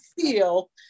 feel